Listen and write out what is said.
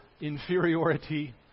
inferiority